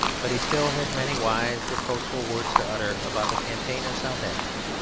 but he still has many wise, reproachful words to utter about the campaign in south africa.